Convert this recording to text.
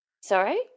Sorry